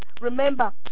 remember